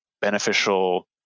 beneficial